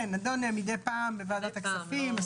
כן, הוא נדון מידי פעם בוועדת הכספים.